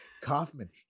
kaufman